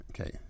Okay